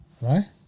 Right